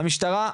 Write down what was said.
המשטרה,